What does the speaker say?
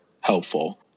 helpful